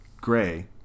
gray